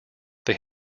they